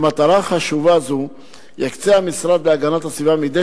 למטרה חשובה זו יקצה המשרד להגנת הסביבה מדי